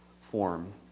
form